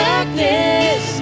Darkness